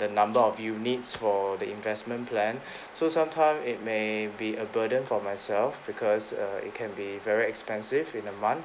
the number of units for the investment plan so sometime it may be a burden for myself because uh it can be very expensive in a month